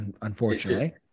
Unfortunately